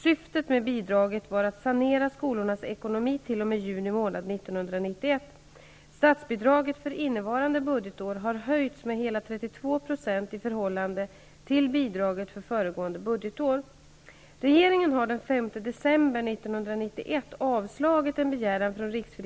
Syftet med bidraget var att sanera skolornas ekonomi t.o.m. juni månad 1991. Statsbidraget för innevarande budgetår har höjts med hela 32 % i förhållande till bidraget för föregående budgetår.